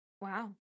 Wow